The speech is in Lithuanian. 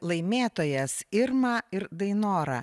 laimėtojas irmą ir dainorą